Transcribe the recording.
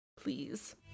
please